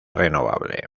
renovable